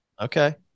Okay